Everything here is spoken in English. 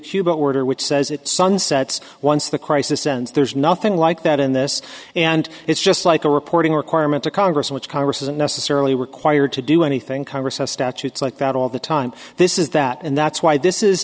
cuba order which says it sunsets once the crisis sends there's nothing like that in this and it's just like a reporting requirement to congress which congress isn't necessarily required to do anything congress has statutes like that all the time this is that and that's why this is